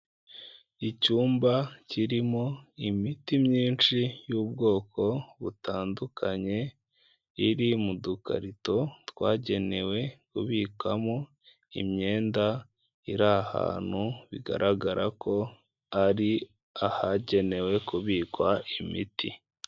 Icyumba kirimo imiti myinshi y'ubwoko butandukanye, iri mu dukarito twagenewe kubikamo imyenda iri ahantu bigaragara ko ari ahagenewe kubikwa imiti.